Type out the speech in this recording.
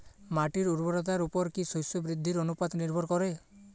মাটির উর্বরতার উপর কী শস্য বৃদ্ধির অনুপাত নির্ভর করে?